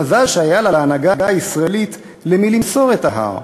מזל שהיה לה להנהגה הישראלית למי למסור את ההר,